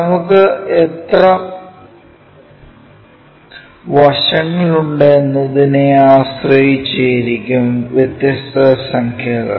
നമുക്ക് എത്ര വശങ്ങളുണ്ട് എന്നതിനെ അനുസരിച്ചു ഇരിക്കും വ്യത്യസ്ത സംഖ്യകൾ